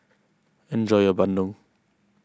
enjoy your Bandung